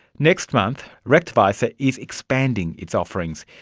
next month, rechtwijzer is expanding its offerings.